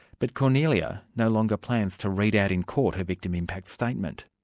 but kornelia no longer plans to read out in court her victim impact statement.